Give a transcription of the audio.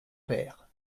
père